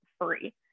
free